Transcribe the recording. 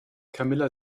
camilla